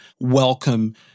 welcome